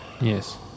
Yes